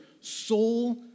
soul